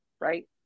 right